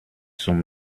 zum